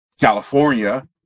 California